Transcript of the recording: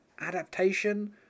adaptation